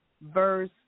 verse